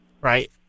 right